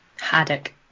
Haddock